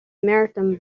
merton